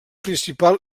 principal